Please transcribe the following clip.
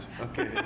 Okay